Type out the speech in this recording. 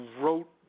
wrote